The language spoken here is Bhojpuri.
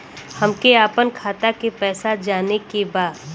हमके आपन खाता के पैसा जाने के बा